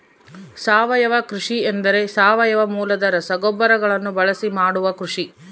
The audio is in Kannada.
ಸಾವಯವ ಕೃಷಿ ಎಂದರೆ ಸಾವಯವ ಮೂಲದ ರಸಗೊಬ್ಬರಗಳನ್ನು ಬಳಸಿ ಮಾಡುವ ಕೃಷಿ